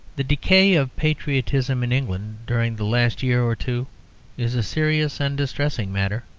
the decay of patriotism in england during the last year or two is a serious and distressing matter.